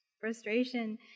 frustration